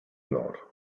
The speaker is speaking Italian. honor